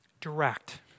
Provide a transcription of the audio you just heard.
Direct